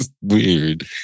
weird